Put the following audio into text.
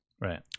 right